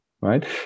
right